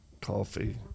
coffee